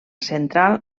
central